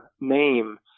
name